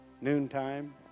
noontime